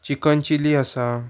chicken chilli आसा